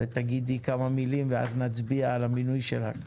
תגידי כמה מילים, ואז נצביע על המינוי שלך.